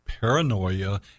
paranoia